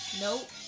Nope